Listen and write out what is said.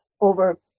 over